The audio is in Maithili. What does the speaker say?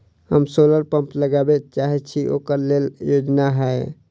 हम सोलर पम्प लगाबै चाहय छी ओकरा लेल योजना हय?